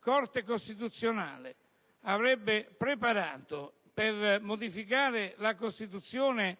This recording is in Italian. Corte costituzionale avrebbe preparato per modificare la Costituzione